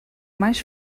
mais